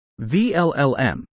VLLM